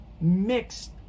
mixed